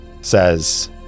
says